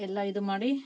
ಎಲ್ಲ ಇದು ಮಾಡಿ